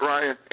Ryan